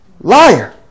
liar